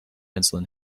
insulin